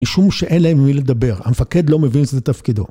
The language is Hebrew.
משום שאין להם עם מי לדבר, המפקד לא מבין את תפקידו.